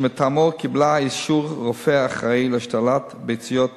מטעמו קיבלה אישור רופא אחראי להשתלת ביציות בגופה.